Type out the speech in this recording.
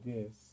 Yes